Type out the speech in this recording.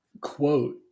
quote